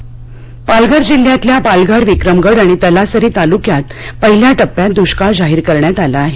पालघर पाणी पालघर जिल्ह्यातल्या पालघर विक्रमगड आणि तलासरी तालुक्यात पहिल्या टप्प्यात दुष्काळ जाहीर करण्यात आला आहे